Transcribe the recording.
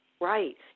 right